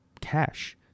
cash